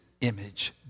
image